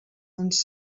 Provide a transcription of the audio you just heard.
ens